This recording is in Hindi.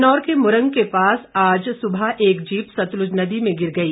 किन्नौर के मूरंग के पास आज सुबह एक जीप सतलुज नदी में गिर गई